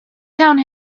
down